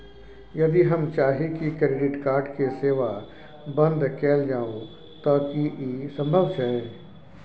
यदि हम चाही की क्रेडिट कार्ड के सेवा बंद कैल जाऊ त की इ संभव छै?